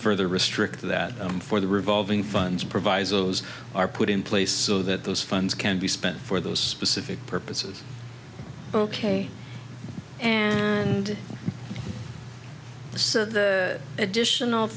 further restrict that for the revolving funds provisos are put in place so that those funds can be spent for those specific purposes ok and so the additional